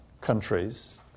countries